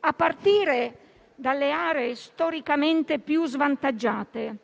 a partire dalle aree storicamente più svantaggiate.